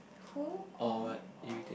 who or what